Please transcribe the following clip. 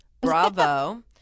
bravo